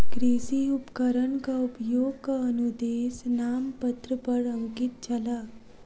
कृषि उपकरणक उपयोगक अनुदेश नामपत्र पर अंकित छल